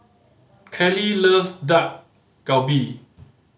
Kaley loves Dak Galbi